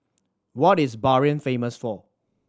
what is Bahrain famous for